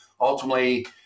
ultimately